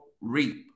reap